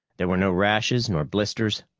there were no rashes nor blisters.